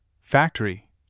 factory